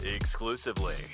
Exclusively